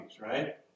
right